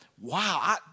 wow